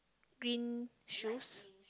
green shoes